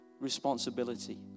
responsibility